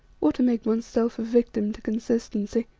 or to make oneself a victim to consistency.